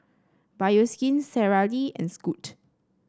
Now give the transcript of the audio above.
Bioskin Sara Lee and Scoot